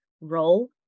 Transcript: roll